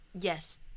yes